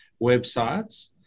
websites